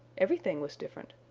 everything was different.